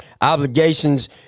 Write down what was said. obligations